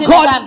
God